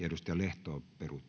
edustaja lehto on